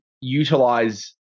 utilize